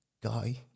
guy